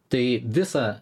tai visą